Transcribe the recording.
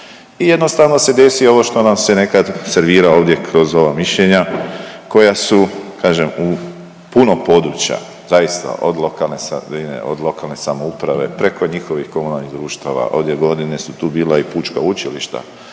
i jednostavno se desi ovo što nam se nekad servira ovdje kroz ova mišljenja koja su, kažem, u puno područja, zavisno od lokalne .../Govornik se ne razumije./... od lokalne samouprave, preko njihovih komunalnih društava, ove godine su tu bile i pučka učilišta